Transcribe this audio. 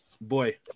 boy